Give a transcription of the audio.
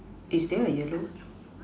is there a yellow girl